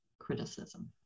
criticism